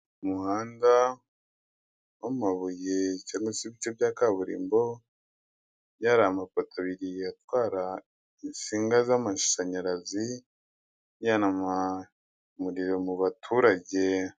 Umuhanda w'amabuye cyangwa se ibice bya kaburimbo, hirya hari amapoto abiri atwara insinga z'amashanyarazi, ajyana umuriro mu baturage.